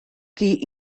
tea